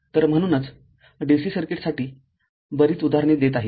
तर म्हणूनचडीसी सर्किटसाठी बरीच उदाहरणे देत आहे